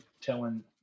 telling